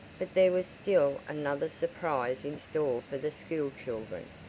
but there was still another surprise in store for the school children.